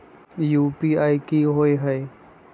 UPI कि होअ हई?